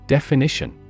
Definition